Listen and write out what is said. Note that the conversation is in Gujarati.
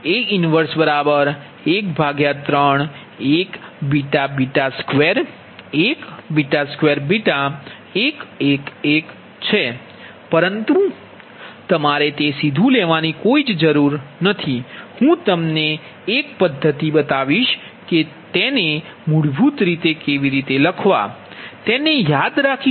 તો A 1131 2 1 2 1 1 1 છે પરંતુ તમારે તે સીધું લેવાની જરૂર નથી હું તમને એક પદ્ધતિ બતાવીશ કે તેને મૂળભૂત રીતે કેવી રીતે લખવા તેને યાદ રાખી શકાય છે